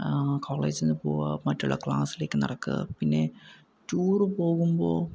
കോളേജിൽ നിന്ന് പോവുക മറ്റുള്ള ക്ലാസ്സിലേക്ക് നടക്കുക പിന്നെ ടൂർ പോകുമ്പോൾ